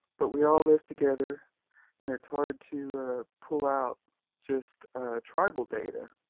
but we all live together and it's hard to pull out just tribal data,